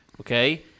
okay